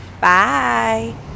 bye